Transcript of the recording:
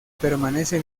permanece